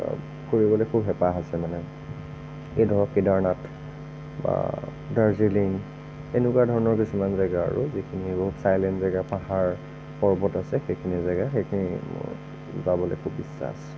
ফুৰিবলৈ খুব হেঁপাহ আছে মানে এই ধৰক কেদাৰনাথ বা দাৰ্জিলিং এনেকুৱা ধৰণৰ কিছুমান জেগা আৰু যিখিনি চাইলেন্ট জেগা পাহাৰ পৰ্বত আছে সেইখিনি জেগা সেইখিনি যাবলৈ খুব ইচ্ছা আছে